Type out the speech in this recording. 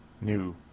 new